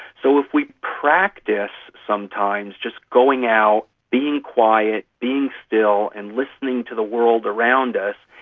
so if we practice sometimes just going out, being quiet, being still and listening to the world around us,